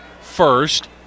first